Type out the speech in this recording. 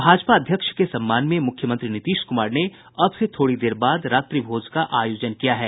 भाजपा अध्यक्ष के सम्मान में मुख्यमंत्री नीतीश कुमार ने अब से थोड़ी देर बाद रात्रि भोज का आयोजन किया है